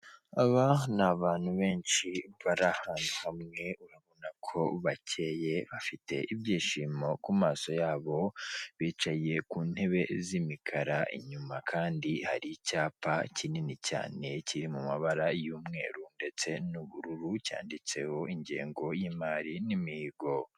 Aba ni abantu benshi bari ahantu hamwe urabona ko bakeye bafite ibyishimo ku maso yabo, bicaye ku ntebe z'imikara inyuma kandi hari icyapa kinini cyane kiri mu mabara y'umweru ndetse n'ubururu cyanditseho ingengo y'imari n'imihigo.